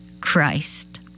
Christ